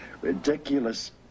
ridiculous